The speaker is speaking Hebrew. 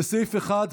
לסעיף 1,